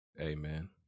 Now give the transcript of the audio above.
Amen